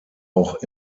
auch